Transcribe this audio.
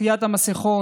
עטיית מסכות,